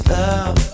love